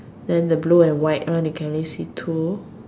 then the blue and white one you can only see two